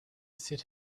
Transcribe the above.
sit